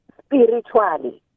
spiritually